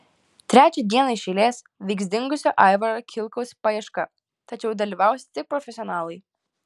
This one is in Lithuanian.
trečią dieną iš eilės vyks dingusio aivaro kilkaus paieška tačiau dalyvaus tik profesionalai